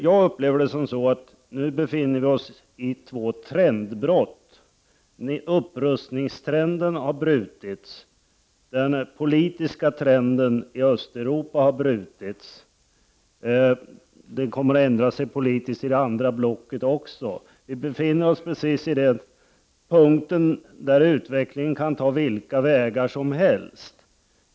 Jag upplever det som att vi nu befinner oss mellan två trendbrott. Upprustningstrenden har brutits, och den politiska trenden i Östeuropa har brutits. Det kommer att ändra sig politiskt i det andra blocket också. Vi befinner oss precis vid den punkten där utvecklingen kan ta vilka vägar som helst.